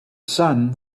sun